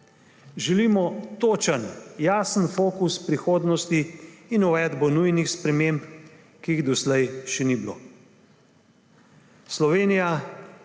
Želimo točen, jasen fokus prihodnosti in uvedbo nujnih sprememb, ki jih doslej še ni bilo. Slovenija